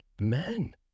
men